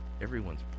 Everyone's